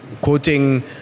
quoting